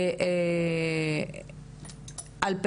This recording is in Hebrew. הקונטקסט שלו הוא חברתי,